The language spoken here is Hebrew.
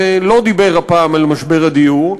לא דיבר הפעם על משבר הדיור,